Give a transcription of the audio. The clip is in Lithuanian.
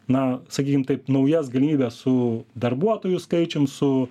na sakykim taip naujas galimybes su darbuotojų skaičium su